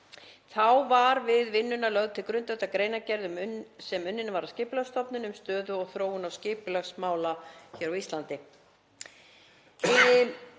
Þá var við vinnuna lögð til grundvallar greinargerð sem unnin var af Skipulagsstofnun um stöðu og þróun skipulagsmála á Íslandi.